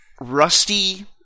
rusty